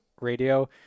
radio